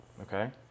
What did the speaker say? Okay